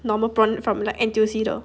normal prawn from like N_T_U_C 的